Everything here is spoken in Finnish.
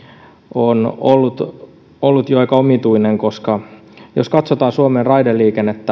on ollut ollut aika omituinen koska jos katsotaan suomen raideliikennettä